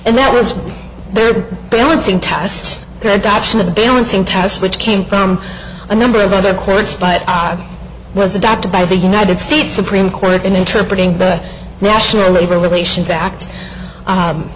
and that was their balancing test their adoption of the balancing test which came from a number of other courts but i was adopted by the united states supreme court and interpret the national labor relations act